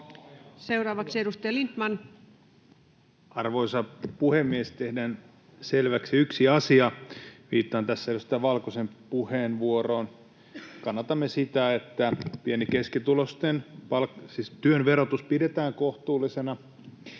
Time: 13:55 Content: Arvoisa puhemies! Tehdään selväksi yksi asia, viittaan tässä edustaja Valkosen puheenvuoroon: Kannatamme sitä, että pieni- ja keskituloisten työn verotus pidetään kohtuullisena